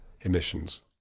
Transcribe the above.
emissions